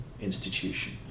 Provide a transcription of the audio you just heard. institution